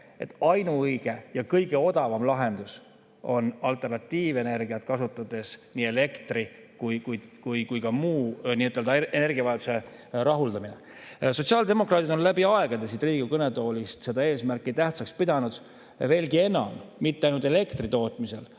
et ainuõige ja kõige odavam lahendus on alternatiivenergiat kasutades nii elektri‑ kui ka muu nii-ütelda energiavajaduse rahuldamine. Sotsiaaldemokraadid on läbi aegade siin Riigikogu kõnetoolis tähtsaks pidanud seda eesmärki ja veelgi enam, et mitte ainult elektritootmisel,